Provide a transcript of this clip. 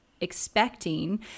expecting